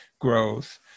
growth